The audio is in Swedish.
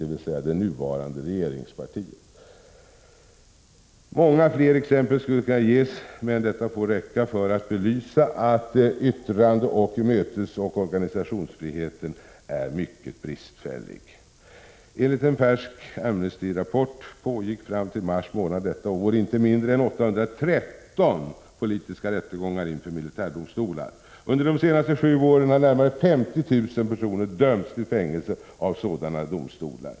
Det gällde det er S g S Många fler exempel skulle kunna ges, men detta får räcka för att belysa att yttrande-, mötesoch organisationsfriheten är mycket bristfällig. Enligt en färsk Amnesty-rapport pågick fram till mars månad detta år inte mindre än 813 politiska rättegångar inför militärdomstolar. Under de senaste sju åren har närmare 50 000 personer dömts till fängelse av sådana domstolar.